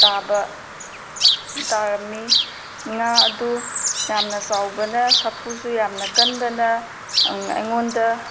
ꯇꯥꯕ ꯇꯥꯔꯝꯃꯤ ꯉꯥ ꯑꯗꯨ ꯌꯥꯝꯅ ꯆꯥꯎꯕꯅ ꯁꯥꯐꯨꯁꯨ ꯌꯥꯝꯅ ꯀꯟꯕꯅ ꯑꯩꯉꯣꯟꯗ